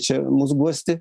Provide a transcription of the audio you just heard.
čia mus guosti